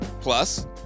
Plus